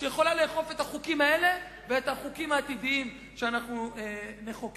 שיכולה לאכוף את החוקים האלה ואת החוקים העתידיים שאנחנו נחוקק.